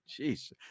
Jeez